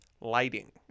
lighting